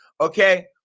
Okay